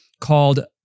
called